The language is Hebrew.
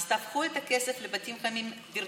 אז תפנו את הכסף לבתים חמים וירטואליים,